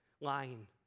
lying